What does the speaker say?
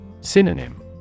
Synonym